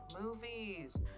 movies